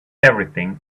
everything